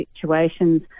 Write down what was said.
situations